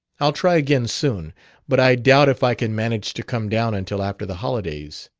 i'll try again, soon but i doubt if i can manage to come down until after the holidays.